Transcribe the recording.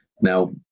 Now